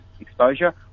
exposure